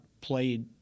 played